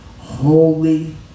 holy